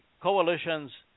coalition's